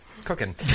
cooking